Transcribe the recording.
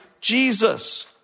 Jesus